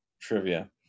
trivia